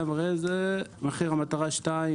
בסביבות